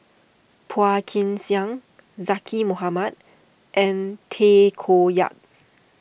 Phua Kin Siang Zaqy Mohamad and Tay Koh Yat